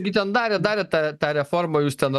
gi ten darėt darėt tą tą reformą jūs ten